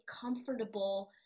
comfortable